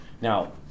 Now